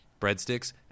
breadsticks